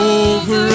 over